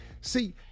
See